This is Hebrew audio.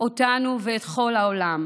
אותנו ואת כל העולם,